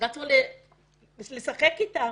רצו לשחק אתם.